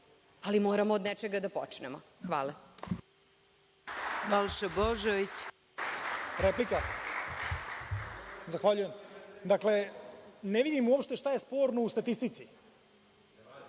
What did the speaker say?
ali moramo od nečega da počnemo. Hvala.